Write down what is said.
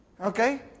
okay